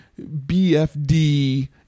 BFD